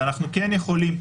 אבל אנחנו כן יכולים,